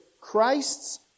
Christ's